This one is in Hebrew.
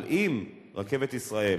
אבל אם "רכבת ישראל"